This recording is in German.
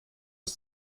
ist